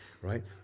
right